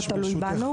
לא תלוי בנו.